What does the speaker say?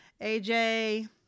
AJ